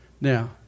Now